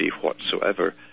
whatsoever